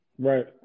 Right